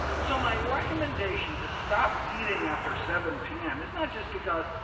so, my recommendation to stop eating after seven pm is not just because,